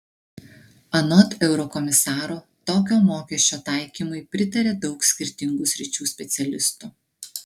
anot eurokomisaro tokio mokesčio taikymui pritaria daug skirtingų sričių specialistų